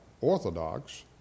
Orthodox